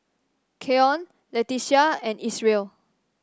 Keon Leticia and Isreal